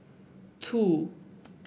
two